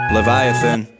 Leviathan